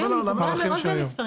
כן, אני דווקא מגובה מאוד במספרים.